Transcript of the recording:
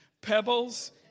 Pebbles